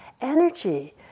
energy